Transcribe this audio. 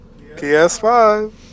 PS5